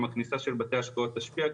גם הכניסה של בתי ההשקעות תשפיע,